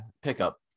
pickup